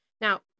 Now